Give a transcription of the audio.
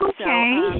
Okay